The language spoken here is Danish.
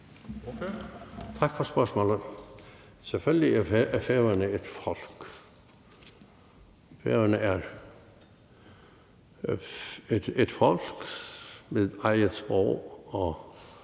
Tak for spørgsmålet. Selvfølgelig er færingerne et folk. Færingerne er et folk med et eget sprog og